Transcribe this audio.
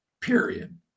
period